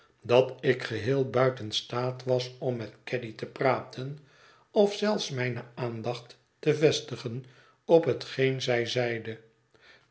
dat ik geheel buiten staat was om met caddy te praten of zelfs mijne aandacht te vestigen op hetgeen zij zeide